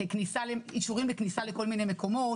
ככניסה לאישורים, וככניסה לכל מיני מקומות.